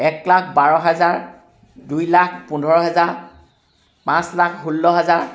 এক লাখ বাৰ হেজাৰ দুই লাখ পোন্ধৰ হেজাৰ পাঁচ লাখ ষোল্ল হেজাৰ